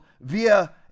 via